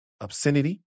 obscenity